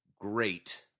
great